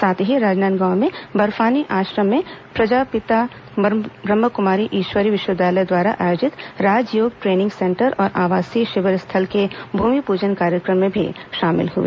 साथ ही राजनांदगांव में बफार्नी आश्रम में प्रजापिता ब्रम्हकुमारी ईश्वरी विश्वविद्यालय द्वारा आयोजित राज योग ट्रेनिंग सेंटर और आवासीय शिविर स्थल के भूमिपूजन कार्यक्रम में भी शामिल हुए